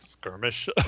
skirmish